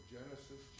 Genesis